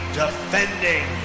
defending